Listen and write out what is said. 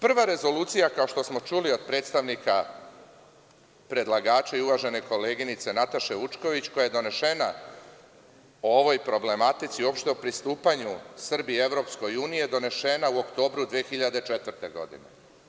Prva rezolucija, kao što smo čuli od predstavnika predlagača i uvažene koleginice Nataše Vučković, koja je donesena o ovoj problematici i uopšte o pristupanju Srbije EU je donesena u oktobru 2004. godine.